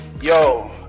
Yo